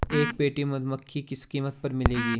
एक पेटी मधुमक्खी किस कीमत पर मिलेगी?